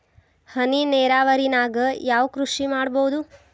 ಹನಿ ನೇರಾವರಿ ನಾಗ್ ಯಾವ್ ಕೃಷಿ ಮಾಡ್ಬೋದು?